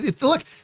Look